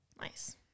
Nice